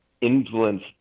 influence